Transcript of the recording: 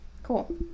cool